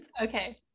Okay